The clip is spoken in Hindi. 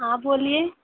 हाँ बोलिए